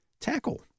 tackle